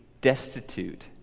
destitute